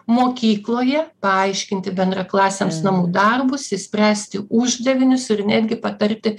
mokykloje paaiškinti bendraklasiams namų darbus išspręsti uždavinius ir netgi patarti